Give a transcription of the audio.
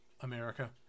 America